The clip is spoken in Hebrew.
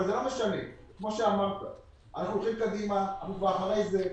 אנחנו אחרי זה.